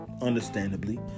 Understandably